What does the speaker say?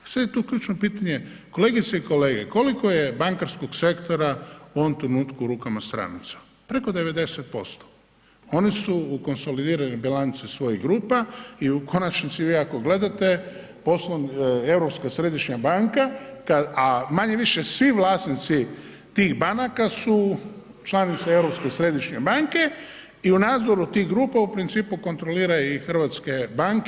Sad je tu ključno pitanje, kolegice i kolege, koliko je bankarskog sektora u ovom trenutku u rukama stranaca, preko 90%, oni su u konsolidiranoj bilanci svojih grupa i u konačnici vi ako gledate Euorpska središnja banka, a manje-više svi vlasnici tih banaka su članica Europske središnje banke i u nadzoru tih grupa u principu kontrolira i hrvatske banke.